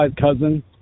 cousin